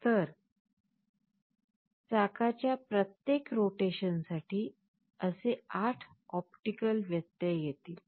तर चाकच्या प्रत्येक रोटेशनसाठी असे 8 ऑप्टिकल व्यत्यय येतील